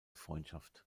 freundschaft